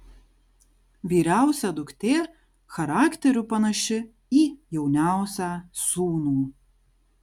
vyriausia duktė charakteriu panaši į jauniausią sūnų